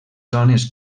zones